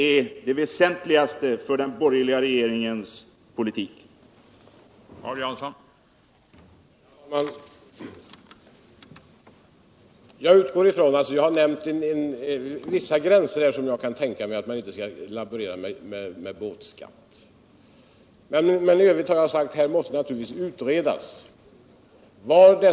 är det väsentligaste för den borgerliga regeringens politik.